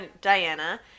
Diana